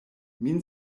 min